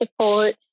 support